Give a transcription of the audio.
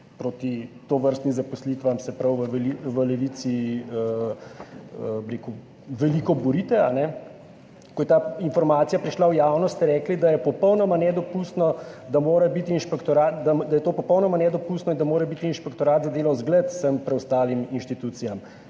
Proti tovrstnim zaposlitvam se v Levici veliko borite. Ko je ta informacija prišla v javnost, ste rekli, da je popolnoma nedopustno in da mora biti Inšpektorat za delo zgled vsem preostalim inštitucijam.